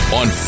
on